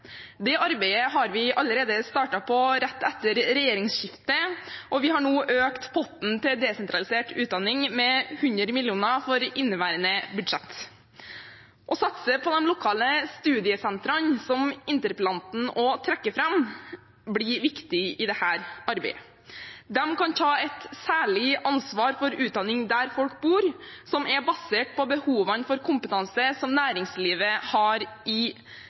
Det arbeidet startet vi på allerede rett etter regjeringsskiftet, og vi har nå økt potten til desentralisert utdanning med 100 mill. kr for inneværende budsjett. Å satse på de lokale studiesentrene, som interpellanten også trekker fram, blir viktig i dette arbeidet. De kan ta et særlig ansvar for utdanning der folk bor, basert på behovene for kompetanse som næringslivet har